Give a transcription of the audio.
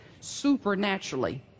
supernaturally